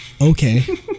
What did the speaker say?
Okay